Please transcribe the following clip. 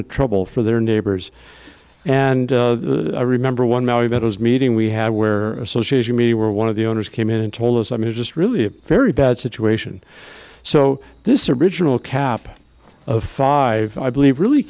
of trouble for their neighbors and i remember one now it was meeting we had where association me were one of the owners came in and told us i mean it just really a very bad situation so this original cap of five i believe really